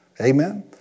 amen